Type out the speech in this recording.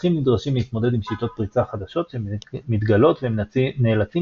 מפתחים נדרשים להתמודד עם שיטות פריצה חדשות שמתגלות והם נאלצים